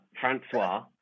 Francois